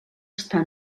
estar